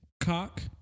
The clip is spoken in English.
Cock